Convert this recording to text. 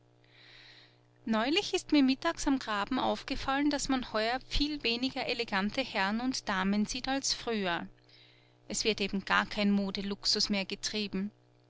neulich ist mir mittags am graben aufgefallen daß man heuer viel weniger elegante herren und damen sieht als früher es wird eben gar kein modeluxus mehr getrieben